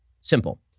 simple